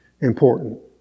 important